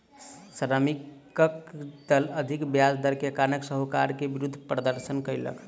श्रमिकक दल अधिक ब्याज दर के कारण साहूकार के विरुद्ध प्रदर्शन कयलक